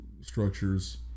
structures